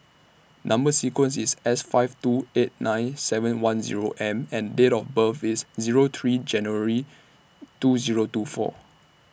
Number sequence IS S five two eight nine seven one Zero M and Date of birth IS Zero three January two Zero two four